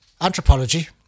anthropology